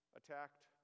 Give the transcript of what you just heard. attacked